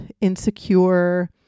insecure